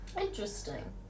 Interesting